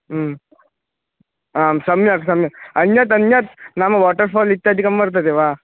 आं सम्यक् सम्यक् अन्यत् अन्यत् नाम वाटर्फ़ाल् इत्यादिकं वर्तते वा